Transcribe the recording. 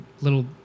little